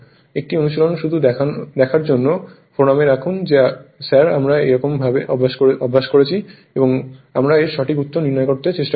একটি অনুশীলন শুধু দেখার জন্য ফোরামে রাখুন যে স্যার আমরা এরকম অভ্যাস করছি এবং আমরা এর সঠিক উত্তর নির্ণয় করতে চেষ্টা করবো